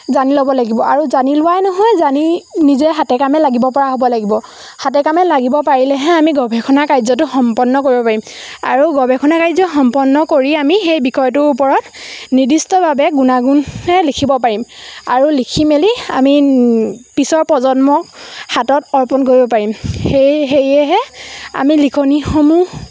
জানি ল'ব লাগিব আৰু জানি লোৱাই নহয় জানি নিজে হাতে কামে লাগিব পৰা হ'ব লাগিব হাতে কামে লাগিব পাৰিলেহে আমি গৱেষণা কাৰ্যটো সম্পন্ন কৰিব পাৰিম আৰু গৱেষণা কাৰ্য সম্পন্ন কৰি আমি সেই বিষয়টোৰ ওপৰত নিৰ্দিষ্টভাৱে গুণাগুণে লিখিব পাৰিম আৰু লিখি মেলি আমি পিছৰ প্ৰজন্মক হাতত অৰ্পণ কৰিব পাৰিম সেয়ে সেয়েহে আমি লিখনিসমূহ